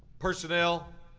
personnel,